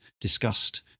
discussed